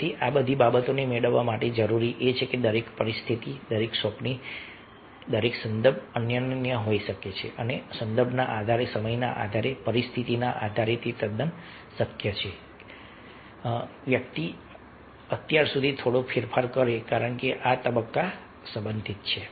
તેથી આ બધી બાબતો મેળવવા માટે જરૂરી છે કે દરેક પરિસ્થિતિ દરેક સોંપણી દરેક સંદર્ભ અનન્ય હોઈ શકે અને સંદર્ભના આધારે સમયના આધારે પરિસ્થિતિના આધારે તે તદ્દન શક્ય છે કે વ્યક્તિ અત્યાર સુધી થોડો ફેરફાર કરે કારણ કે આ તબક્કા સંબંધિત છે